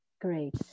Great